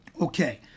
okay